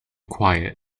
quiet